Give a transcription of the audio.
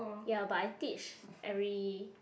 ya but I teach every